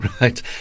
Right